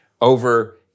over